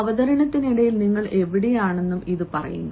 അവതരണത്തിനിടയിൽ നിങ്ങൾ എവിടെയാണെന്നും ഇത് പറയുന്നു